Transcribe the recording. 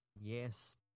Yes